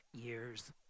years